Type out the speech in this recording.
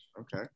Okay